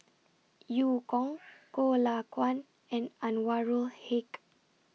EU Kong Goh Lay Kuan and Anwarul Haque